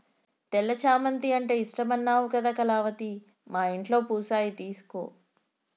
తెల్ల చామంతి అంటే ఇష్టమన్నావు కదా కళావతి మా ఇంట్లో పూసాయి తీసుకో